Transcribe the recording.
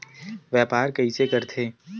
व्यापार कइसे करथे?